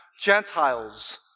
Gentiles